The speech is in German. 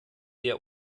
der